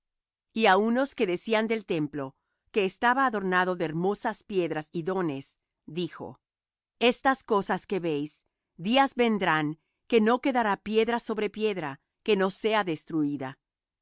á unos que decían del templo que estaba adornado de hermosas piedras y dones dijo estas cosas que veis días vendrán que no quedará piedra sobre piedra que no sea destruída